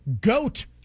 goat